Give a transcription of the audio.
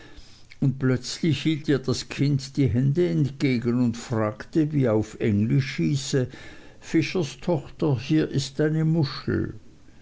und plötzlich hielt ihr das kind die hände entgegen und fragte wie auf englisch hieße fischerstochter hier ist eine muschel